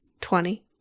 twenty